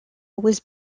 was